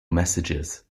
messages